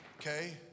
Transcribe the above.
okay